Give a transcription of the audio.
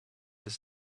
his